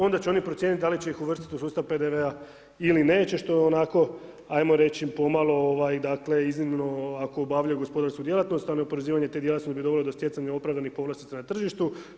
Onda će oni procijeniti da li će ih uvrsti u sustav u PDV-a ili neće, što je onako, ajmo reći, pomalo, iznimno, ako obavljaju gospodarsku djelatnosti, onda na oporezivanje te djelatnosti bi dovelo do stjecanje opravdanih povlastica na tržištu.